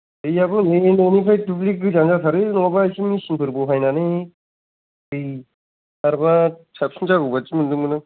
दैआबो नै न'निफ्राय दुब्लि गोजान जाथारो नङाबा इसे मेचिनफोर बहायनानै दै सारबा साबसिन जागौ बादि मोनदोमोन आं